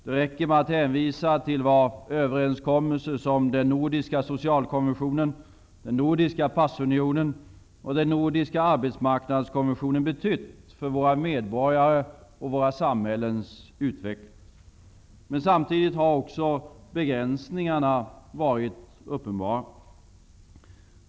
Det räcker med att hänvisa till vad överenskommelser som den nordiska socialkonventionen, den nordiska passunionen och den nordiska arbetsmarknadskonventionen har betytt för våra medborgare och våra samhällens utveckling. Samtidigt har också begränsningarna varit uppenbara.